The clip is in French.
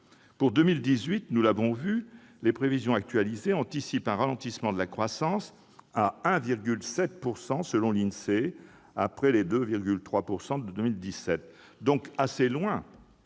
Pour 2018, nous l'avons vu, les prévisions actualisées anticipent un ralentissement de la croissance à 1,7 %, selon l'INSEE, après les 2,3 % de 2017, un chiffre donc